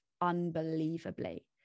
unbelievably